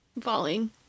falling